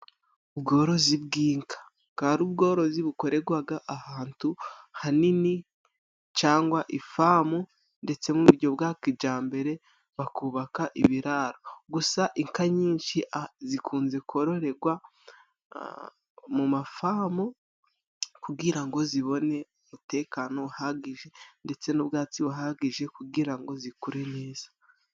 Ubworozi bw'inka bwari ubworozi bukorerwaga ahantu hanini cangwa ifamu, ndetse mu bujyo bwa kijambere bakubaka ibiraro. Gusa inka nyinshi zikunze kororegwa mu mafamu, kugira ngo zibone umutekano uhagije ndetse n'ubwatsi buhagije kugira ngo zikure neza.